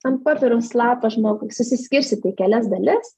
ant popieriaus lapo žmogui susiskirstyt į kelias dalis